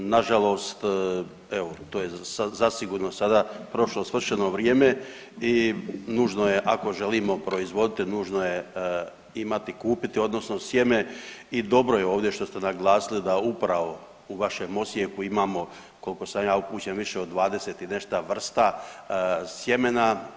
Na žalost evo to je zasigurno sada prošlo svršeno vrijeme i nužno je ako želimo proizvoditi, nužno je imati, kupiti odnosno sjeme i dobro je ovdje što ste naglasili da upravo u vašem Osijeku imamo koliko sam ja upućen više od 20 i nešto vrsta sjemena.